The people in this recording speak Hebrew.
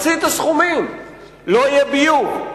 לא יהיה ביוב.